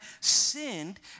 sinned